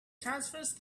transverse